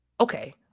okay